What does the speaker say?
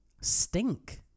Stink